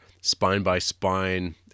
spine-by-spine